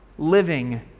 Living